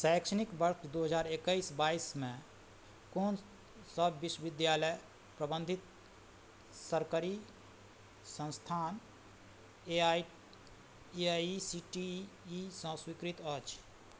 शैक्षणिक बरख दुइ हजार एकैस बाइसमे कोनसब विश्वविद्यालय प्रबन्धित सरकारी सँस्थान A I C T E सँ स्वीकृत अछि